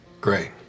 Great